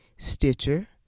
Stitcher